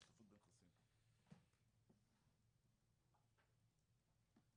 בשינויי סיווגים אבל זה לא קשור לנושא